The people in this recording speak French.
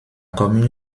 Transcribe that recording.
commune